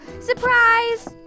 surprise